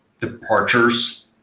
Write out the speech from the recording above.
departures